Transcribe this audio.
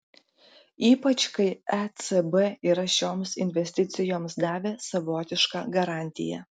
ypač kai ecb yra šioms investicijoms davęs savotišką garantiją